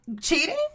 Cheating